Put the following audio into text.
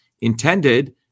intended